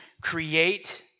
create